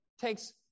takes